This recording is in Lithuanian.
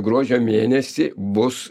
gruodžio mėnesį bus